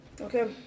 Okay